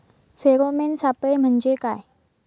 Pheromone सापळे म्हंजे काय?